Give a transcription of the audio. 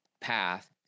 path